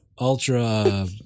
ultra